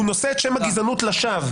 הוא נושא את שם הגזענות לשווא.